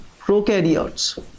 prokaryotes